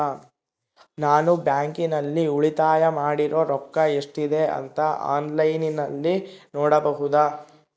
ನಾನು ಬ್ಯಾಂಕಿನಲ್ಲಿ ಉಳಿತಾಯ ಮಾಡಿರೋ ರೊಕ್ಕ ಎಷ್ಟಿದೆ ಅಂತಾ ಆನ್ಲೈನಿನಲ್ಲಿ ನೋಡಬಹುದಾ?